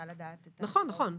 נכון.